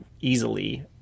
easily